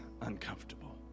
uncomfortable